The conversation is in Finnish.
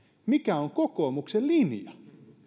mikä on kokoomuksen linja